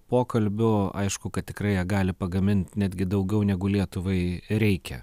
pokalbių aišku kad tikrai jie gali pagamint netgi daugiau negu lietuvai reikia